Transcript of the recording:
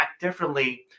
differently